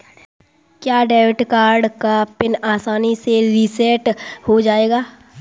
क्या debit card का PIN आसानी से रीसेट हो जाएगा?